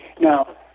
Now